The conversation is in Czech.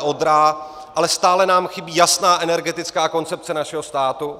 Odra, ale stále nám chybí jasná energetická koncepce našeho státu,